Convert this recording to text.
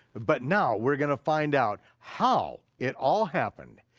but now we're gonna find out how it all happened.